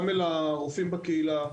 גם לרופאים בקהילה,